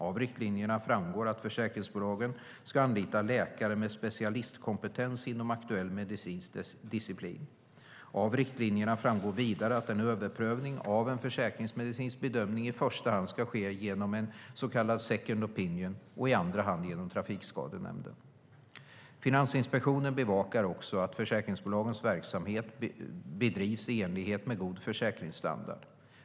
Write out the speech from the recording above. Av riktlinjerna framgår att försäkringsbolagen ska anlita läkare med specialistkompetens inom aktuell medicinsk disciplin. Av riktlinjerna framgår vidare att en överprövning av en försäkringsmedicinsk bedömning i första hand ska ske genom en så kallad second opinion och i andra hand genom Trafikskadenämnden. Finansinspektionen bevakar också att försäkringsbolagens verksamhet bedrivs i enlighet med god försäkringsstandard.